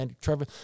Trevor